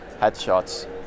headshots